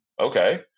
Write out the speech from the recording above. okay